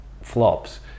flops